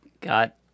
got